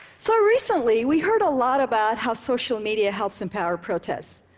so recently, we heard a lot about how social media helps empower protest,